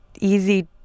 easy